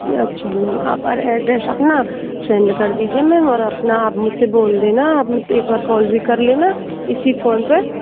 अच्छा मैम आप और एड्रेस अपना सेंड कर दीजिए मैम और अपना आप मुझसे बोल देना आप मुझे एक बार काल भी कर लेना इसी फोन पर